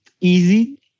easy